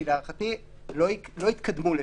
להערכתי, לא יתקדמו לשם.